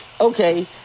okay